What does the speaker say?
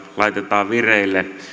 laitetaan vireille